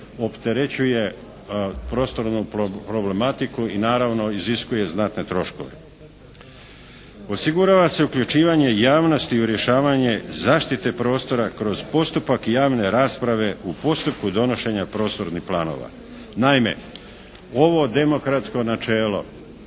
opterećuje prostornu problematiku i naravno iziskuje znatne troškove. Osigurava se uključivanje javnosti u rješavanje zaštite prostora kroz postupak javne rasprave u postupku donošenja prostornih planova. Naime, ovo demokratsko načelo